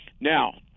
Now